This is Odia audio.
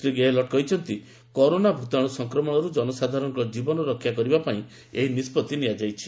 ଶ୍ରୀ ଗେହଲଟ କହିଛନ୍ତି କରୋନା ଭୂତାଣୁ ସଂକ୍ରମଣରୁ ଜନସାଧାରଣଙ୍କ ଜୀବନ ରକ୍ଷା କରିବା ପାଇଁ ଏହି ନିଷ୍ପଭି ନିଆଯାଇଛି